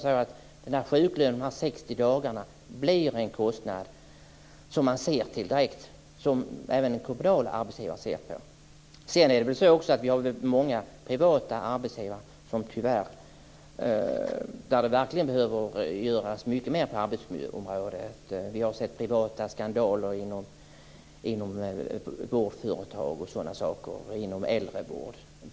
60 dagars sjuklöneperiod blir ju en kostnad som även en kommunal arbetsgivare ser till direkt. Det finns också många privata arbetsgivare som behöver göra mycket mer när det gäller arbetsmiljöområdet. Vi har sett skandaler inom privata vårdföretag och inom äldrevård.